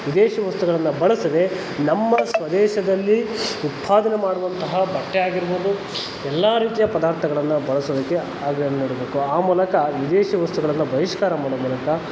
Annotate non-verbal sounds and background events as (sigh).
ವಿದೇಶಿ ವಸ್ತುಗಳನ್ನು ಬಳಸದೆ ನಮ್ಮ ಸ್ವದೇಶದಲ್ಲಿ ಉತ್ಪಾದನೆ ಮಾಡುವಂತಹ ಬಟ್ಟೆ ಆಗಿರ್ಬೋದು ಎಲ್ಲ ರೀತಿಯ ಪದಾರ್ಥಗಳನ್ನು ಬಳಸೋದಕ್ಕೆ (unintelligible) ನೀಡಬೇಕು ಆ ಮೂಲಕ ವಿದೇಶಿ ವಸ್ತುಗಳನ್ನು ಬಹಿಷ್ಕಾರ ಮಾಡೋ ಮೂಲಕ